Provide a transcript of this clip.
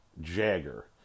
Jagger